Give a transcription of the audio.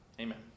Amen